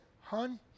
Hun